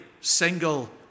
single